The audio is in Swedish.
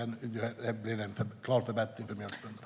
Det blir en klar förbättring för mjölkbönderna.